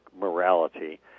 morality